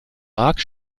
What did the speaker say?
mark